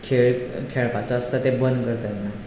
खेळ खेळपाचो आसता तें बंद करता तेन्ना